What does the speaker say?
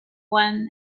one